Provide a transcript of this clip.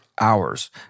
hours